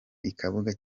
ikibuga